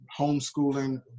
homeschooling